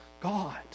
God